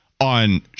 on